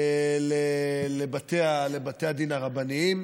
לבתי הדין הרבניים,